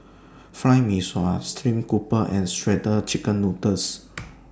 Fried Mee Sua Stream Grouper and Shredded Chicken Noodles